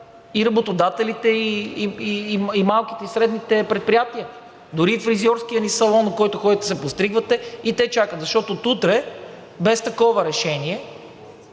и работодателите, и малките и средните предприятия, дори и фризьорският ни салон, в който ходите да се подстригвате, и те чакат, защото от утре без такова решение